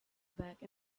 back